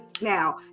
Now